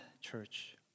church